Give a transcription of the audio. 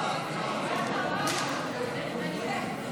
הוועדה, נתקבל.